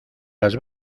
las